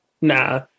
Nah